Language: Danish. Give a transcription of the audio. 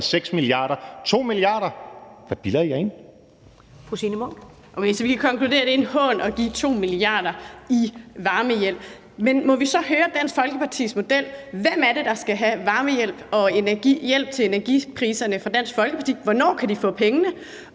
Munk. Kl. 13:39 Signe Munk (SF): Vi konkluderer, at det er en hån at give 2 mia. kr. i varmehjælp. Men må vi så høre om Dansk Folkepartis model: Hvem er det, der skal have varmehjælp og hjælp til at betale energipriserne fra Dansk Folkeparti? Hvornår kan de få pengene?